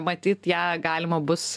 matyt ją galima bus